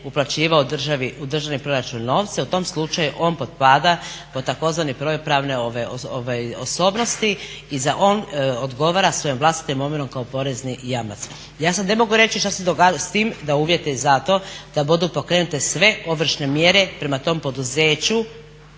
uplaćivao u državni proračun novce u tom slučaju on potpada pod tzv. …/Govornica se ne razumije./… osobnosti i on odgovara svojom vlastitom imovinom kao porezni jamac. Ja sad ne mogu reći šta se događa s tim da uvjeti za to da budu pokrenute sve ovršne mjere prema tom poduzeću